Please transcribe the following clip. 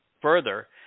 Further